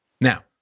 Now